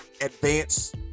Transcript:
advance